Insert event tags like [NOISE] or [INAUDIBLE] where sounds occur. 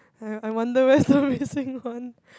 I I wonder where's the missing one [LAUGHS]